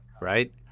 Right